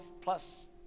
plus